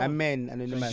Amen